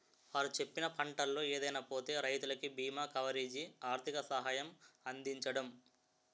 వారు చెప్పిన పంటల్లో ఏదైనా పోతే రైతులకు బీమా కవరేజీ, ఆర్థిక సహాయం అందించడం